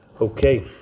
Okay